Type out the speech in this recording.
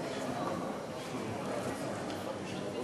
הראשון, חבר הכנסת נחמן